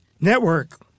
network